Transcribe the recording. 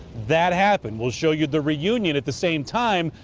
that happened. we'll show you the reunion at the same time.